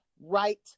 right